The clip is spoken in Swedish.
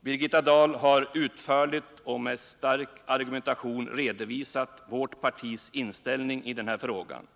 Birgitta Dahl har utförligt och med stark argumentation redovisat vårt partis inställning i den här frågan.